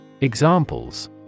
Examples